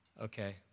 Okay